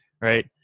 Right